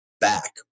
back